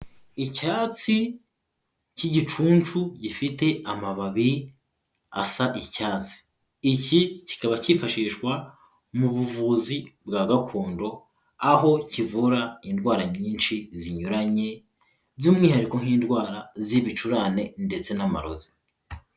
Icyatsi cy'igicucu gifite amababi asa icyatsi, iki kikaba cyifashishwa mu buvuzi bwa gakondo, aho kivura indwara nyinshi zinyuranye by'umwihariko nk'indwara z'ibicurane ndetse n'amarozi.